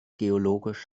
geologisch